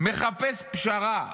מחפש פשרה,